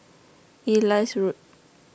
Elias Road